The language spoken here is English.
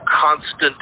constant